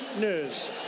news